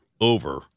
over